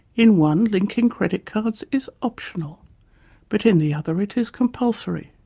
in one linking credit cards is optional but in the other it is compulsory.